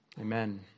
Amen